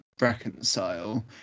reconcile